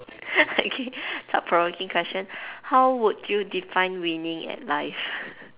okay thought provoking question how would you define winning in life